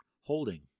holding